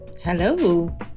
Hello